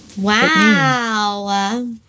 Wow